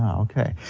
um okay,